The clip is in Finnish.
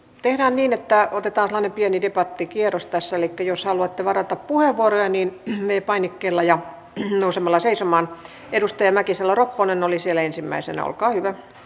tehdään niin että otetaan sellainen pieni debattikierros tässä elikkä jos haluatte varata puheenvuoroja niin v painikkeella ja nousemalla seisomaan edustaja mäkisalo ropponen oli siellä ensimmäisen olkaa hyvä